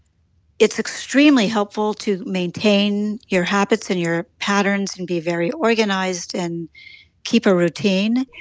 it's extremely helpful to maintain your habits and your patterns and be very organized and keep a routine.